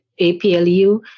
APLU